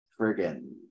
friggin